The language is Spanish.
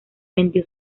vendió